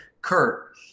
Kurt